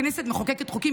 הכנסת מחוקקת חוקים,